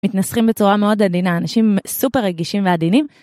מתנסחים בצורה מאוד עדינה, אנשים סופר רגישים ועדינים.